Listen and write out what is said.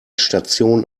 station